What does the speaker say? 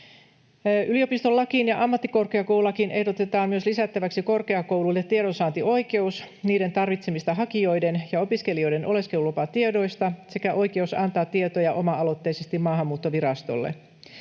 Yliopistolakiin ja ammattikorkeakoululakiin ehdotetaan myös lisättäväksi korkeakouluille tiedonsaantioikeus niiden tarvitsemista hakijoiden ja opiskelijoiden oleskelulupatiedoista sekä oikeus antaa tietoja oma-aloitteisesti Maahanmuuttovirastolle.